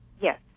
Yes